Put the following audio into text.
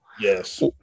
Yes